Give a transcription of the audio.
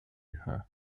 her